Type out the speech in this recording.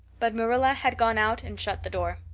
but marilla had gone out and shut the door.